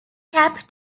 kapp